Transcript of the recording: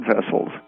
vessels